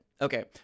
Okay